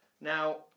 Now